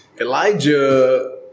Elijah